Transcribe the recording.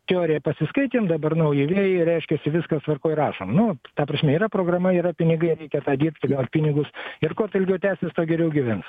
teoriją pasiskaitėm dabar nauji vėjai reiškiasi viskas tvarkoj rašom nu ta prasme yra programa yra pinigai reikia tą dirbt gaut pinigus ir kuo tai ilgiau tęsis tuo geriau gyvens